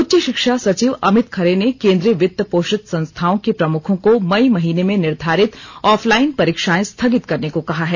उच्च शिक्षा सचिव अमित खरे ने केन्द्रीय वित्त पोषित संस्थाओं के प्रमुखों को मई महीने में निर्धारित ऑफलाइन परीक्षाएं स्थगित करने को कहा है